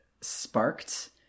sparked